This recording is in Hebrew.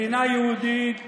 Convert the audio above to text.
מדינה יהודית,